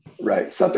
Right